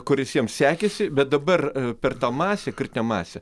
kuris jiems sekėsi bet dabar per tą masę kritinę masę